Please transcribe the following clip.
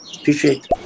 Appreciate